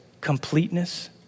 completeness